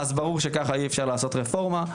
ברור שככה אי-אפשר לעשות רפורמה.